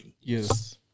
Yes